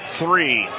three